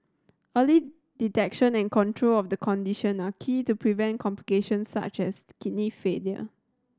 early detection and control of the condition are key to preventing complications such as kidney failure